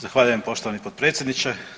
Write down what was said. Zahvaljujem poštovani potpredsjedniče.